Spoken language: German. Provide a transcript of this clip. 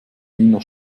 wiener